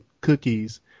cookies